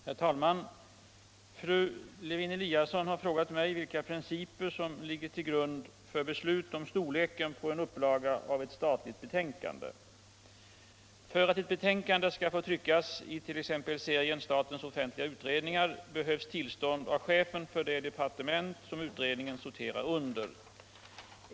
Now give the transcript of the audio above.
Herr talman! Fru Lewén-Eliasson har frågat mig vilka principer som ligger till grund för beslut om storleken på en upplaga av ett statligt betänkande. För att ett betänkande skall få tryckas i t.ex. serien Statens offentliga utredningar behövs tillstånd av chefen för det departement som utredningen sorterar under.